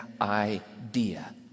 idea